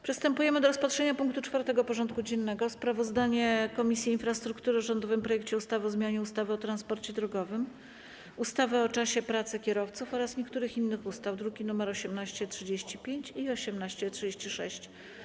Przystępujemy do rozpatrzenia punktu 4. porządku dziennego: Sprawozdanie Komisji Infrastruktury o rządowym projekcie ustawy o zmianie ustawy o transporcie drogowym, ustawy o czasie pracy kierowców oraz niektórych innych ustaw (druki nr 1835 i 1836)